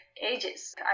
ages